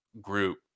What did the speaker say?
group